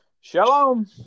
Shalom